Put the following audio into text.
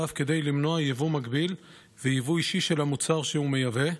ואף כדי למנוע יבוא מקביל ויבוא אישי של המוצר שהוא מייבא,